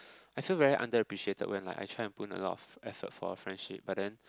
I feel very under appreciated when like I try to put in a lot of effort for a friendship but then